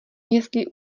jestli